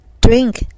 Drink